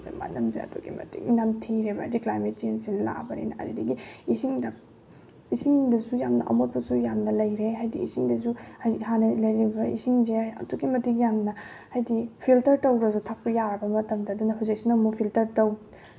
ꯃꯅꯝꯁꯦ ꯑꯗꯨꯛꯀꯤ ꯃꯇꯤꯛ ꯅꯝꯊꯤꯔꯦꯕ ꯍꯥꯏꯕꯗꯤ ꯀ꯭ꯂꯥꯏꯃꯦꯠ ꯆꯦꯟꯖꯁꯤ ꯂꯥꯛꯑꯕꯅꯤꯅ ꯑꯗꯨꯗꯒꯤ ꯏꯁꯤꯡꯗ ꯏꯁꯤꯡꯗꯁꯨ ꯌꯥꯝꯅ ꯑꯃꯣꯠꯄꯁꯨ ꯌꯥꯝꯅ ꯂꯩꯔꯦ ꯍꯥꯏꯗꯤ ꯏꯁꯤꯡꯗꯁꯨ ꯍꯧꯖꯤꯛ ꯍꯥꯟꯅ ꯂꯩꯔꯤꯝꯂꯤꯕ ꯏꯁꯤꯡꯁꯦ ꯑꯗꯨꯛꯀꯤ ꯃꯇꯤꯛ ꯌꯥꯝꯅ ꯍꯥꯏꯗꯤ ꯐꯤꯜꯇꯔ ꯇꯧꯗ꯭ꯔꯁꯨ ꯊꯛꯄ ꯌꯥꯔꯕ ꯃꯇꯝꯗ ꯑꯗꯨꯅ ꯍꯧꯖꯤꯛꯁꯤꯅ ꯑꯃꯨꯛ ꯐꯤꯜꯇꯔ